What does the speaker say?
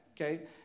okay